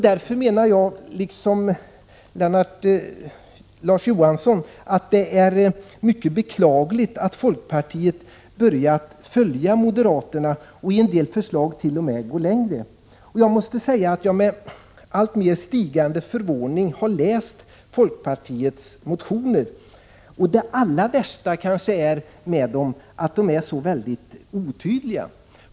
Därför menar jag, liksom Larz Johansson, att det är beklagligt att folkpartiet börjat följa moderaterna och i en del fall t.o.m. går längre. Man måste säga att jag med alltmer stigande förvåning läst folkpartiets motioner. Men det allra värsta med dem är att de är så väldigt otydliga.